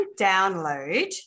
download